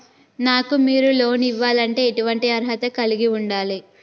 నాకు మీరు లోన్ ఇవ్వాలంటే ఎటువంటి అర్హత కలిగి వుండాలే?